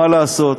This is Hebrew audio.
מה לעשות,